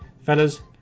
Fellas